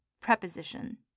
preposition